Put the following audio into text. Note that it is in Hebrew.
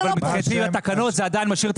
אבל מבחינתי התקנות זה עדיין משאיר את